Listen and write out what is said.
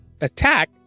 attack